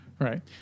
right